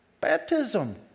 Baptism